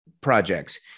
projects